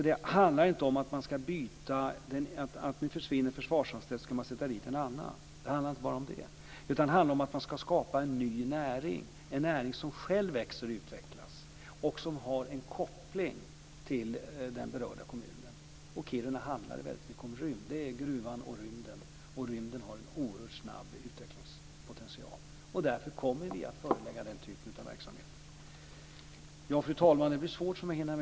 Det handlar inte bara om att när det försvinner en försvarsanställd ska man sätta dit en annan. Det handlar också om att man ska skapa en ny näring, en näring som själv växer och utvecklas och som har en koppling till den berörda kommunen. I Kiruna handlar det väldigt mycket om rymd - det är gruvan och rymden - och rymden har en oerhört snabb utvecklingspotential.